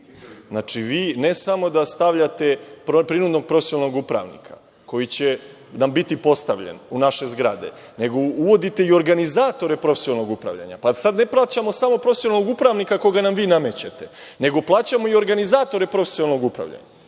Znači, vi ne samo da stavljate prinudnog profesionalnog upravnika koji će nam biti postavljen u naše zgrade, nego uvodite i organizatore profesionalnog upravljanja, pa sad ne plaćamo samo profesionalnog upravnika koga nam vi namećete, nego plaćamo i organizatore profesionalnog upravljanja.